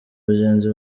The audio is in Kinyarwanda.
bagenzi